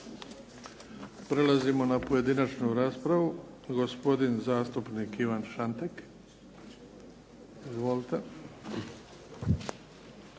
Prelazimo na pojedinačnu raspravu. Gospodin zastupnik Ivan Šantek. Izvolite.